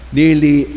nearly